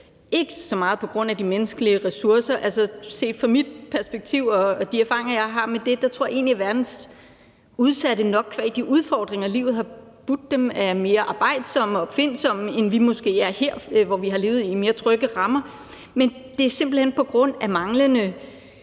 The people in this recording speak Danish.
ikke så meget på grund af de menneskelige ressourcer. Set fra mit perspektiv og de erfaringer, jeg har med det, tror jeg egentlig, at verdens udsatte nok i kraft af de udfordringer, livet har budt dem, er mere arbejdsomme og opfindsomme, end vi måske er her, hvor vi har levet i mere trygge rammer. Men det er simpelt hen på grund af manglende